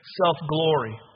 self-glory